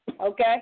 okay